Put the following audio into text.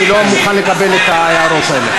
אני לא מוכן לקבל את ההערות האלה.